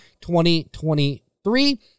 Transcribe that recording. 2023